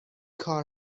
کار